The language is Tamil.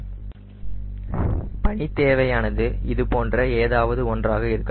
Refer SlideTime 0037 பணி தேவையானது இதுபோன்ற ஏதாவது ஒன்றாக இருக்கலாம்